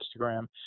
Instagram